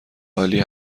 عالی